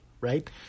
right